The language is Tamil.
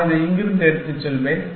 நான் இதை இங்கிருந்து எடுத்துச் செல்வேன்